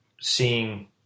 seeing